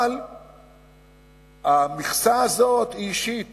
אבל המכסה הזאת היא אישית,